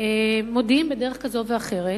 מודיעים בדרך כזאת ואחרת